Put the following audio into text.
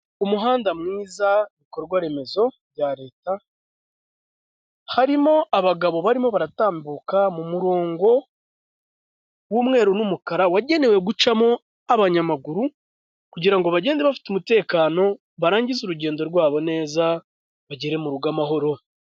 Umuhanda mwiza, ibikorwaremezo bya Leta, harimo abagabo barimo baratambuka mu murongo w'umweru n'umukara wagenewe gucamo abanyamaguru, kugira ngo bagenda bafite umutekano, barangize urugendo rwabo neza, bagere mu rugo amahoro.